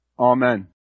Amen